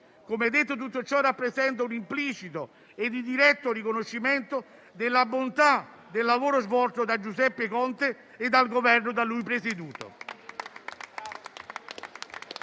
tutto ciò rappresenta un implicito ed indiretto riconoscimento della bontà del lavoro svolto da Giuseppe Conte e dal Governo da lui presieduto